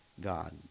God